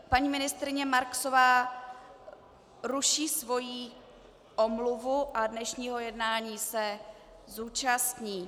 Paní ministryně Marksová ruší svoji omluvu a dnešního jednání se zúčastní.